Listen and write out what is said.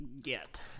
get